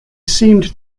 seemed